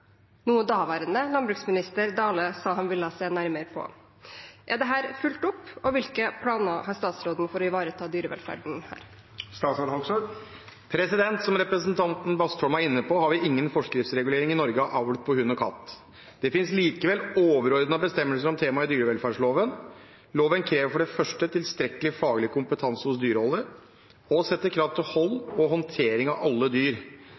noe daværende landbruksminister Jon Georg Dale sa han ville se nærmere på. Er dette fulgt opp, og hvilke planer har statsråden for å ivareta dyrevelferden her?» Som representanten Bastholm var inne på, har vi ingen forskriftsregulering i Norge av avl på hund og katt. Det finnes likevel overordnede bestemmelser om temaet i dyrevelferdsloven. Loven krever for det første tilstrekkelig faglig kompetanse hos dyreholder og setter krav til hold og håndtering av alle dyr.